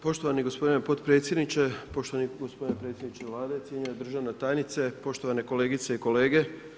Poštovani gospodine potpredsjedsjedniče, poštovani gospodine predsjedniče Vlade, cijenjena državna tajnice, poštovane kolegice i kolege.